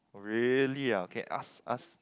really ah okay ask ask